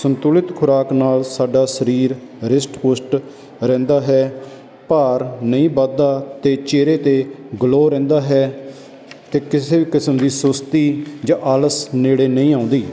ਸੰਤੁਲਿਤ ਖੁਰਾਕ ਨਾਲ ਸਾਡਾ ਸਰੀਰ ਰਿਸ਼ਟ ਪੁਸ਼ਟ ਰਹਿੰਦਾ ਹੈ ਭਾਰ ਨਹੀਂ ਵੱਧਦਾ ਅਤੇ ਚਿਹਰੇ 'ਤੇ ਗਲੋਅ ਰਹਿੰਦਾ ਹੈ ਅਤੇ ਕਿਸੇ ਵੀ ਕਿਸਮ ਦੀ ਸੁਸਤੀ ਜਾਂ ਆਲਸ ਨੇੜੇ ਨਹੀਂ ਆਉਂਦੀ